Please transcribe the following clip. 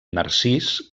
narcís